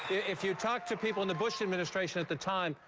if you talk to people in the bush administration at the time,